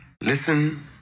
Listen